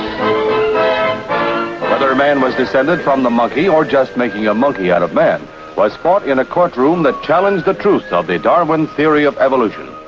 um whether man was descended from the monkey or just making a um monkey out of man was fought in a courtroom that challenged the truth of the darwin theory of evolution.